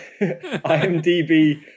IMDb